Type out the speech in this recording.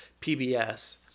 PBS